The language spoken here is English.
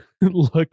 Look